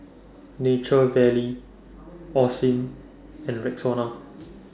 Nature Valley Osim and Rexona